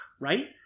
right